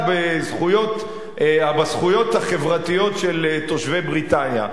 בזכויות החברתיות של תושבי בריטניה.